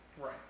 Right